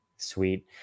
Sweet